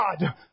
God